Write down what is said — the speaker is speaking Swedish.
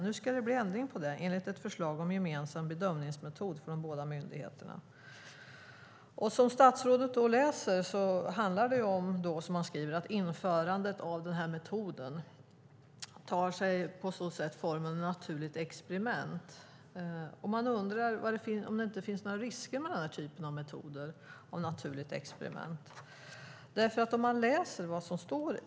Nu ska det bli ändring på det, enligt ett förslag om gemensam bedömningsmetod för de båda myndigheterna." Som statsrådet säger handlar det om att införandet av den här metoden tar sig formen av ett naturligt experiment. Jag undrar om det inte finns några risker med den här typen av metoder.